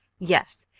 yes,